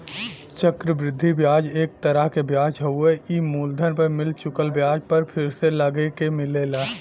चक्र वृद्धि ब्याज एक तरह क ब्याज हउवे ई मूलधन पर मिल चुकल ब्याज पर फिर से लगके मिलेला